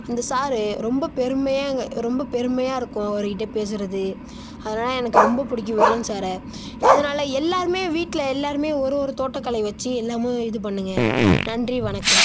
அந்த சார் ரொம்ப பெருமையாக எங்கள் ரொம்ப பெருமையாக இருக்கும் அவருக்கிட்ட பேசுகிறது அதனால எனக்கு ரொம்ப பிடிக்கும் வேலன் சார் அதனால எல்லாரும் வீட்டில் எல்லாரும் ஒரு ஒரு தோட்டக்கலை வச்சி எல்லாமும் இது பண்ணுங்க நன்றி வணக்கம்